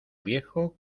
viejo